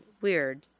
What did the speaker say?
weird